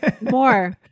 More